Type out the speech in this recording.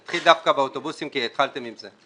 אתחיל דווקא באוטובוסים כי התחלתם עם זה.